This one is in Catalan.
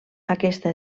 aquesta